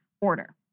order